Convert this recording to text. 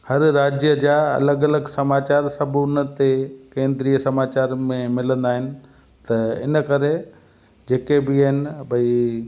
हर राज्य जा अलॻि अलॻि समाचार सभु उन ते केंद्रीय समाचार में मिलंदा आहिनि त इन करे जेके बि आहिनि भाई